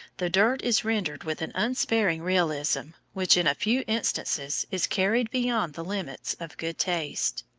the dirt is rendered with an unsparing realism which, in a few instances, is carried beyond the limits of good taste.